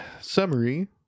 summary